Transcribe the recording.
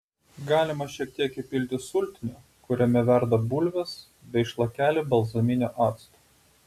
galima šiek tiek įpilti sultinio kuriame verda bulvės bei šlakelį balzaminio acto